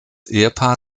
ehepaar